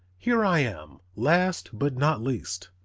here i am, last but not least.